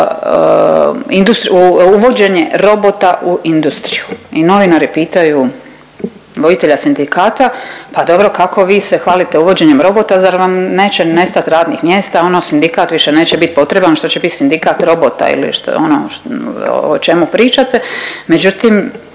uvođenje robota u industriju. I novinari pitaju voditelja sindikata, pa dobro kao vi se hvalite uvođenjem robota zar vam neće nestat radnih mjesta ono sindikat više neće biti potreban, što će biti sindikat robota ili što, ono o čemu pričate. Međutim,